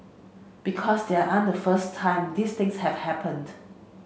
because they aren't the first time these things have happened